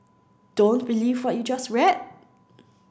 don't believe what you just read